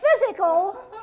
physical